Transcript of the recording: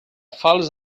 falç